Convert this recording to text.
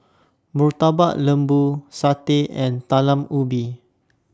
Murtabak Lembu Satay and Talam Ubi